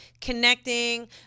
connecting